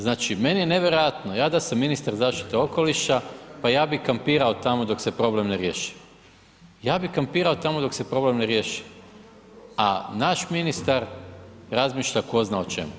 Znači meni je nevjerojatno ja da sam ministar zaštite okoliša, pa ja bih kampirao tamo dok se problem ne riješi, ja bi kampirao tamo dok se problem ne riješi, a naš ministar razmišlja tko zna o čemu.